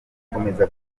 gukomeza